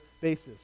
basis